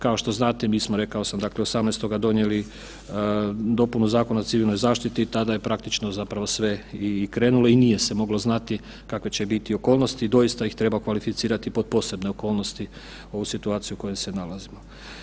Kao što znate mi smo rekao sam dakle 18. donijeli dopunu Zakona o civilnoj zaštiti i tada je praktično zapravo sve i krenulo i nije se moglo znati kakve će biti okolnosti i doista ih treba kvalificirati pod posebne okolnosti, ovu situaciju u kojoj se nalazimo.